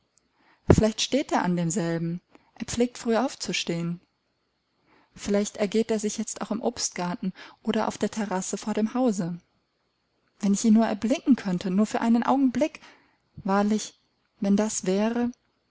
vielleicht steht er an demselben er pflegt früh aufzustehen vielleicht ergeht er sich jetzt auch im obstgarten oder auf der terrasse vor dem hause wenn ich ihn nur erblicken könnte nur für einen augenblick wahrlich wenn das wäre